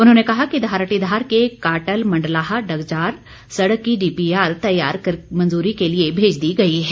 उन्होंने कहा कि धारटीधार के काटल मण्डलाह डगजार सड़क की डीपीआर तैयार कर मंजूरी के लिए भेज दी गई है